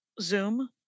zoom